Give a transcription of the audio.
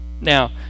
Now